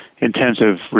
intensive